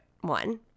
one